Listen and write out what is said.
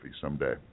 someday